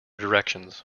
directions